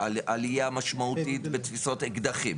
עלייה משמעותית בתפיסות אקדחים,